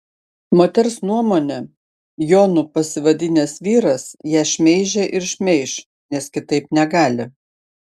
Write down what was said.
moters nuomone jonu pasivadinęs vyras ją šmeižė ir šmeiš nes kitaip negali